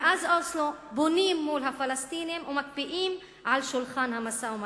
מאז אוסלו בונים מול הפלסטינים ומקפיאים על שולחן המשא-ומתן.